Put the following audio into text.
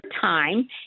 time